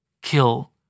Kill